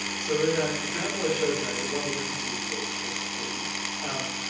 so, in that example i showed you, i said one of the differences was they changed the key.